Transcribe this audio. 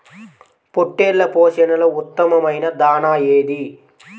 పొట్టెళ్ల పోషణలో ఉత్తమమైన దాణా ఏది?